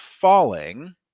falling